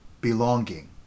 Belonging